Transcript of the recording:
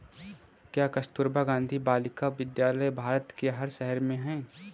क्या कस्तूरबा गांधी बालिका विद्यालय भारत के हर शहर में है?